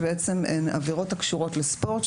שהן עבירות הקשורות לספורט.